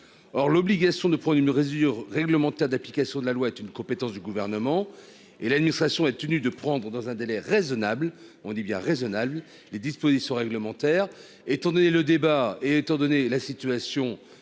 Or l'obligation de prendre une rayure réglementaires d'application de la loi est une compétence du gouvernement et l'administration est tenue de prendre dans un délai raisonnable, on dit bien raisonnable. Les dispositions réglementaires, étant donné le débat et étant donné la situation